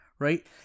right